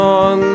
on